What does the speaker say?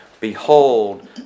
Behold